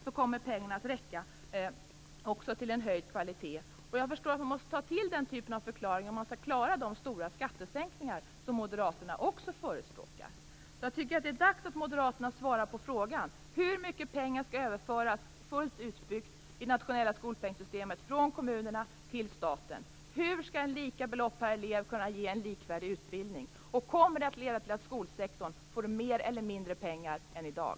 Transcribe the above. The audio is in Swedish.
Då kommer pengarna också att räcka till en höjd kvalitet. Jag förstår att man måste ta till den typen av förklaringar för att klara de stora skattesänkningar som Moderaterna också förespråkar. Jag tycker att det är dags att Moderaterna svarar på frågan om hur mycket pengar som skall överföras från kommunerna till staten när det nationella skolpengssystemet är fullt utbyggt? Hur skall ett lika belopp per elev kunna ge en likvärdig utbildning? Kommer det att leda till att skolsektorn får mer eller mindre pengar än i dag?